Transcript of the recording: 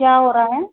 क्या हो रहा है